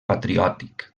patriòtic